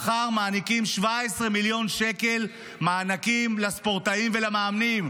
מחר מעניקים 17 מיליון שקל מענקים לספורטאים ולמאמנים,